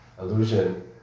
illusion